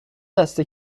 دست